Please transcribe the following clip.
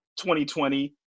2020